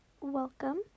welcome